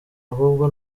ahubwo